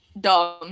dumb